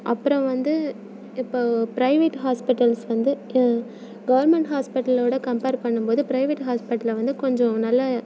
அப்புறம் வந்து இப்போது ப்ரைவேட் ஹாஸ்பிட்டல்ஸ் வந்து கவர்மெண்ட் ஹாஸ்பிட்டலோடய கம்பேர் பண்ணும் போது ப்ரைவேட் ஹாஸ்பிட்டலில் வந்து கொஞ்சம் நல்ல